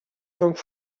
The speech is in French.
sommes